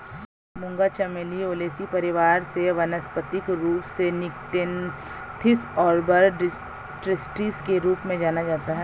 मूंगा चमेली ओलेसी परिवार से वानस्पतिक रूप से निक्टेन्थिस आर्बर ट्रिस्टिस के रूप में जाना जाता है